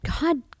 God